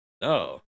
no